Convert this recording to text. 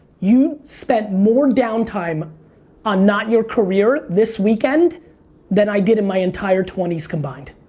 you spent more downtime on not your career this weekend than i did in my entire twenty s combined.